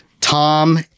Tom